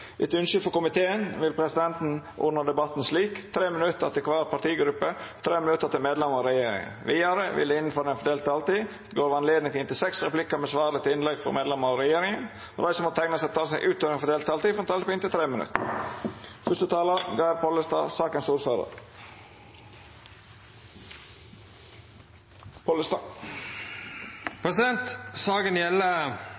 Etter ynske frå næringskomiteen vil presidenten ordna debatten slik: 5 minutt til kvar partigruppe og 5 minutt til medlemer av regjeringa. Vidare vil det – innanfor den fordelte taletida – verta gjeve anledning til inntil seks replikkar med svar etter innlegg frå medlemer av regjeringa, og dei som måtte teikna seg på talarlista utover den fordelte taletida, får ei taletid på inntil 3 minutt.